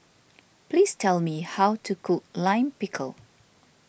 please tell me how to cook Lime Pickle